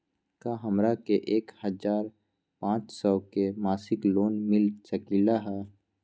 का हमरा के एक हजार पाँच सौ के मासिक लोन मिल सकलई ह?